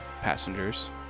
passengers